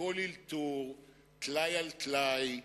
הכול אלתור, טלאי על טלאי,